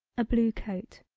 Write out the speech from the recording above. a blue coat.